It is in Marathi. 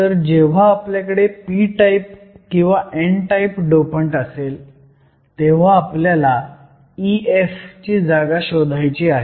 तर जेव्हा आपल्याकडे p टाईप किंवा n टाईप डोपंट असेल तेव्हा आपल्याला EF ची जागा शोधायची आहे